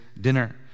dinner